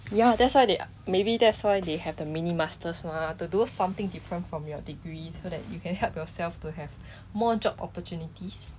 ya that's why they ar~ maybe that's why they have the mini master's mah to do something different from your degree so that you can help yourself to have more job opportunities